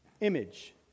image